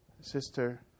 sister